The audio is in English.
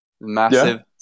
massive